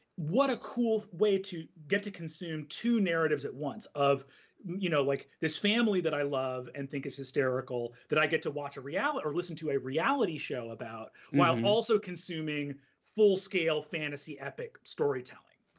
what a cool way to get to consume two narratives at once of you know like this family that i love and think is hysterical, that i get to watch or listen to a reality show about, while also consuming full-scale fantasy, epic storytelling.